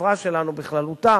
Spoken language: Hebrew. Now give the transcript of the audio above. בחברה שלנו בכללותה,